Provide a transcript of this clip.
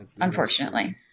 unfortunately